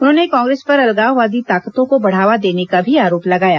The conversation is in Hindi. उन्होंने कांग्रेस पर अलगाववादी ताकतों को बढ़ावा देने का आरोप भी लगाया